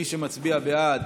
מי שמצביע בעד,